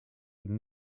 would